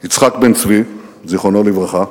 יצחק בן-צבי, זיכרונו לברכה,